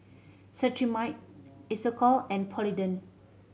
Cetrimide Isocal and Polident